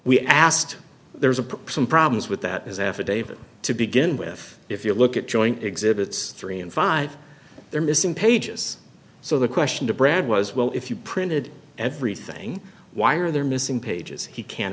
we asked there's a perp some problems with that as affidavit to begin with if you look at joint exhibits three and five they're missing pages so the question to brad was well if you printed everything why are there missing pages he can